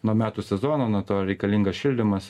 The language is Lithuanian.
nuo metų sezono nuo to reikalingas šildymas